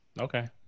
Okay